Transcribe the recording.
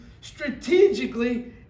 strategically